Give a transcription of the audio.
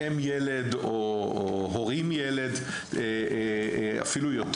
אם-ילד או הורים-ילד ואפילו יותר.